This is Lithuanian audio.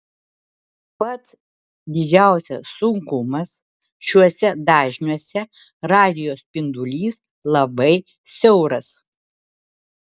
pats didžiausias sunkumas šiuose dažniuose radijo spindulys labai siauras